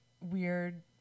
weird